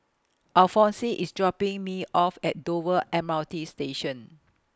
Alfonse IS dropping Me off At Dover M R T Station